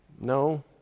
No